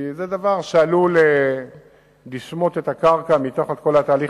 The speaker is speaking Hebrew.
כי זה דבר שעלול לשמוט את הקרקע מתחת לכל התהליך